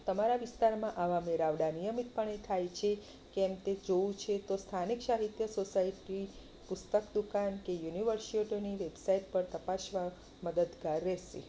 તમારા વિસ્તારમાં આવા મેળાવડા નિયમિત પણે થાય છે કેમ તે જોવું છે તો સ્થાનિક સાહિત્ય સોસાયટી પુસ્તક દુકાન કે યુનિવર્સિટીની વેબસાઇટ પર તપાસવા મદદગાર રહેશે